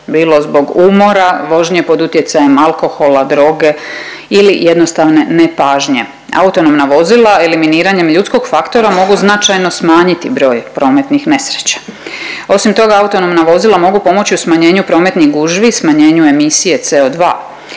bilo zbog umora, vožnje pod utjecajem alkohola, droge ili jednostavne nepažnje. Autonomna vozila eliminiranjem ljudskog faktora mogu značajno smanjiti broj prometnih nesreća. Osim toga autonomna vozila mogu pomoći u smanjenju prometnih gužvi, smanjenju emisije CO2.